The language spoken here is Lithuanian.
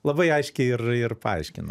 labai aiškiai ir ir paaiškina